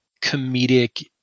comedic